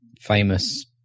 famous